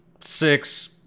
Six